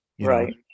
Right